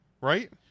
right